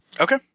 Okay